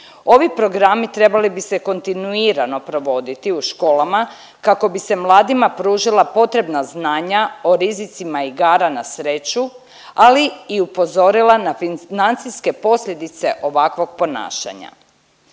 Ovi programi trebali bi se kontinuirano provoditi u školama kako bi se mladima pružila potrebna znanja o rizicima igara na sreću, ali i upozorila na financijske posljedice ovakvog ponašanja.